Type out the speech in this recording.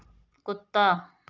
कुत्ता